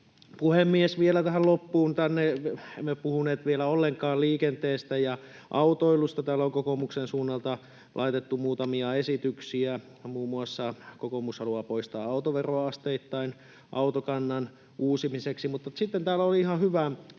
Puhemies! Vielä tähän loppuun. Emme ole puhuneet vielä ollenkaan liikenteestä ja autoilusta. Täällä on kokoomuksen suunnalta laitettu muutamia esityksiä. Kokoomus haluaa muun muassa poistaa autoveron asteittain autokannan uusimiseksi, mutta sitten täällä oli ihan hyvä